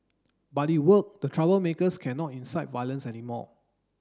but it worked the troublemakers cannot incite violence anymore